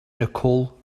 nicole